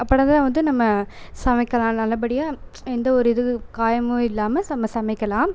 அப்போன்னா தான் வந்து நம்ம சமைக்கலாம் நல்லபடியாக எந்த ஒரு இது காயமும் இல்லாமல் நம்ம சமைக்கலாம்